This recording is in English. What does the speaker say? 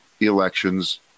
elections